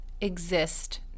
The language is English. exist